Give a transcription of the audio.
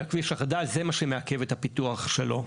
כי הכביש החדש זה מה שמעכב את הפיתוח שלו,